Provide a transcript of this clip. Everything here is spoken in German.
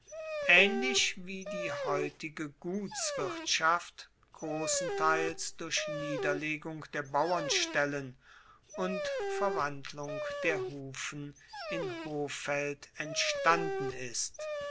aehnlich wie die heutige gutswirtschaft grossenteils durch niederlegung der bauernstellen und verwandlung der hufen in hoffeld entstanden ist